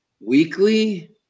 Weekly